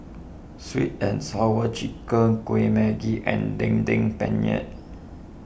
Sweet and Sour Chicken Kuih Manggis and Daging Penyet